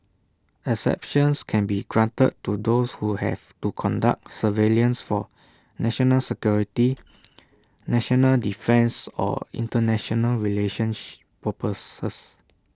exceptions can be granted to those who have to conduct surveillance for national security national defence or International relationship purposes